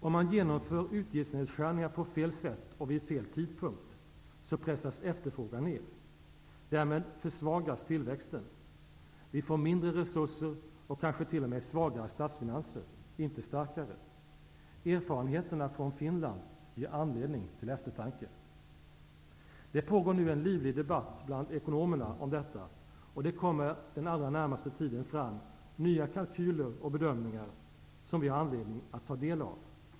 Om man genomför utgiftsnedskärningar på fel sätt och vid fel tidpunkt, pressas efterfrågan ner. Därmed försvagas tillväxten. Vi får mindre resurser och kanske t.o.m. svagare statsfinanser, inte starkare. Erfarenheterna från Finland ger anledning till eftertanke. Det pågår nu en livlig debatt bland ekonomerna om detta, och det kommer den allra närmaste tiden fram nya kalkyler och bedömningar, som vi har anledning att ta del av.